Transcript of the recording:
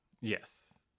Yes